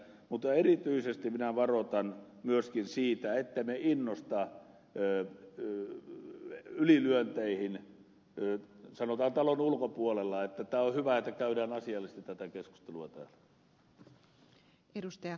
mutta erityisesti minä varoitan myöskin siitä että ne innostavat ylilyönteihin sanotaan talon ulkopuolella joten tämä on hyvä että käydään asiallisesti tätä keskustelua täällä